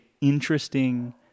interesting